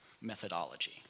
methodology